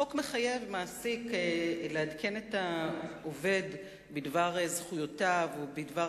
החוק מחייב מעסיק לעדכן את העובד בדבר זכויותיו ובדבר